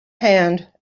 hand